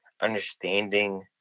understanding